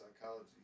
psychology